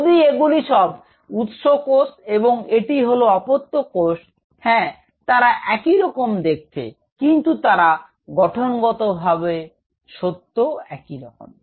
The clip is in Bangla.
যদি এগুলি সব উৎস কোষ এবং এটি হল অপত্য কোষ হ্যাঁ তারা একই রকম দেখতে কিন্তু তারা গঠনগতভাবেও সত্যই একইরকম